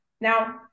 Now